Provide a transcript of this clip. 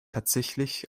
tatsächlich